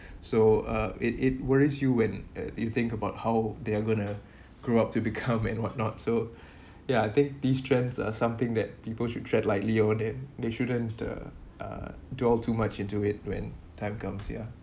so uh it it worries you when uh you think about how they are going to grow up to become and what not so ya take these trends or something that people should tread lightly or that they shouldn't uh uh dwell too much into it when time comes ya